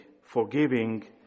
forgiving